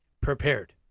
prepared